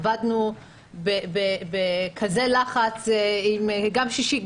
עבדנו בכזה לחץ גם שישי,